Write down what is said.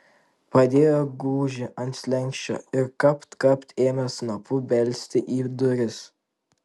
padėjo gūžį ant slenksčio ir kapt kapt ėmė snapu belsti į duris